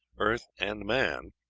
earth, and man,